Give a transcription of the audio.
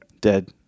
Dead